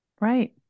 right